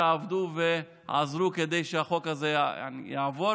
שעבדו ועזרו כדי שהחוק הזה יעבור.